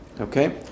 Okay